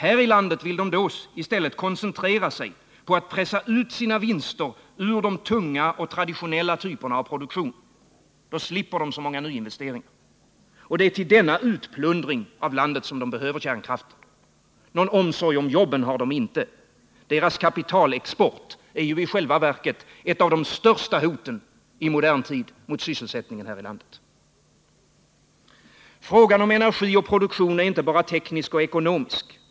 Här i landet vill man i stället koncentrera sig på att pressa ut sina vinster ur den tunga och traditionella typen av produktion. Då slipper man så många nyinvesteringar. Och det är till denna utplundring av landet som storfinansen behöver kärnkraften. Någon omsorg om jobben hyser man inte. Storfinansens kapitalexport är i själva verket ett av de största hoten i modern tid mot sysselsättningen i landet. Frågan om energi och produktion är inte bara teknisk och ekonomisk.